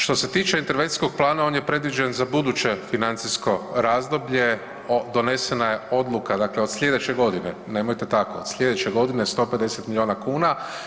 Što se tiče intervencijskog plana on je predviđen za buduće financijsko razdoblje o, donesena je odluka, dakle od slijedeće godine, nemojte tako, od slijedeće godine 150 milijuna kuna.